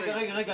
רגע, רגע.